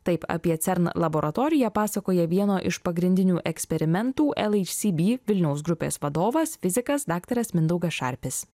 taip apie cern laboratoriją pasakoja vieno iš pagrindinių eksperimentų lhcb vilniaus grupės vadovas fizikas daktaras mindaugas šarpis